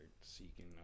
seeking